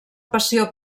passió